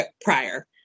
prior